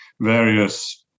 various